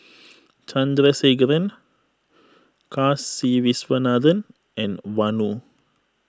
Chandrasekaran Kasiviswanathan and Vanu